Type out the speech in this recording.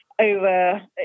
over